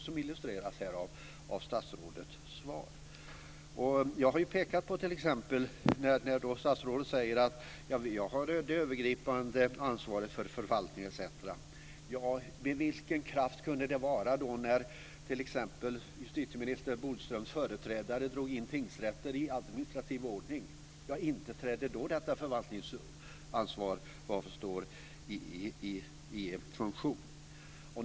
Det illustreras här av statsrådets svar. Statsrådet säger att hon har det övergripande ansvaret för förvaltning etc. Med vilken kraft kan det utövas? När t.ex. justitieminister Bodströms företrädare drog in tingsrätter i administrativ ordning, inte trädde då detta förvaltningsansvar i funktion.